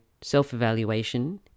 self-evaluation